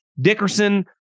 Dickerson